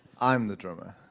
i'm the drummer.